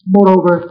Moreover